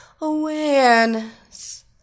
awareness